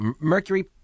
Mercury